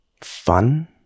fun